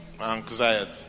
anxiety